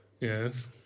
Yes